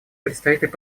представитель